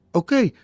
okay